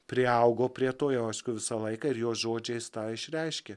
priaugo prie to jau aišku visą laiką ir jo žodžiais tą išreiškė